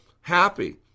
happy